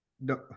No